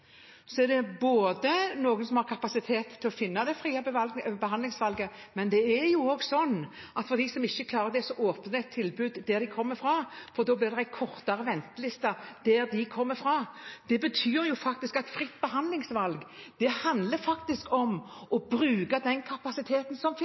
er det noen som har kapasitet til å finne det frie behandlingsvalget, men det er jo også slik at for dem som ikke klarer det, åpnes det et tilbud der de kommer fra, for da blir det kortere venteliste der de kommer fra. Det betyr at fritt behandlingsvalg faktisk handler om å bruke den kapasiteten som